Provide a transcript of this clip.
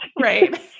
right